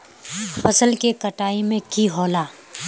फसल के कटाई में की होला?